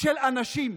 של אנשים,